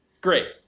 Great